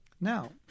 Now